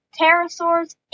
pterosaurs